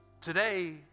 Today